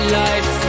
life